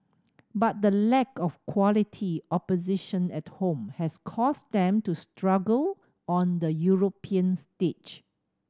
but the lack of quality opposition at home has caused them to struggle on the European stage